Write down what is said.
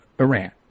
Iran